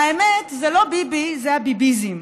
האמת, זה לא ביבי, זה הביביזם.